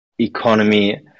economy